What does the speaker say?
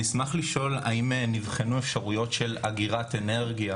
אני אשמח לשאול האם נבחנו אפשרויות של אגירת אנרגיה